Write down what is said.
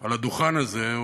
על הדוכן הזה.